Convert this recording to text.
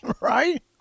right